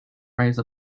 rise